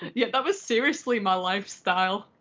yep, that was seriously my lifestyle.